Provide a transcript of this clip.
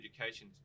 education